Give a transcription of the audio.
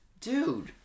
Dude